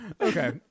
Okay